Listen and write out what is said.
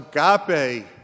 agape